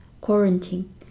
Quarantine